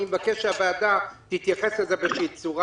אני מבקש שהוועדה תתייחס לזה באיזו צורה.